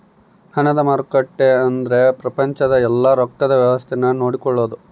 ಹಣದ ಮಾರುಕಟ್ಟೆ ಅಂದ್ರ ಪ್ರಪಂಚದ ಯೆಲ್ಲ ರೊಕ್ಕದ್ ವ್ಯವಸ್ತೆ ನ ನೋಡ್ಕೊಳೋದು